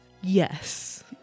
yes